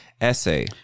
Essay